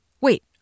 Wait